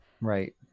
Right